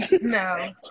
No